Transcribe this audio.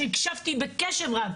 שהקשבתי בקשב רב,